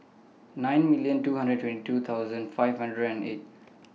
nine million two hundred and twenty two thousand five hundred and eight